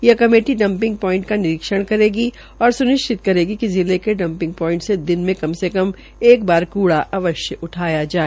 यह committee dumping point का निरीक्षण करेगी और यह सुनिश्चित करेगी कि जिला के डंपिंग प्वाइंटस से दिन में कम से कम एक बार कूड़ा अवश्य उठाया जाए